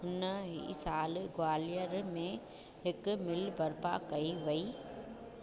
हुन ई साल ग्वालियर में हिकु मिल बर्पा कई वई